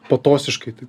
patosiškai tai